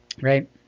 Right